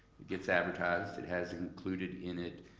it gets advertised, it has included in it